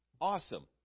Awesome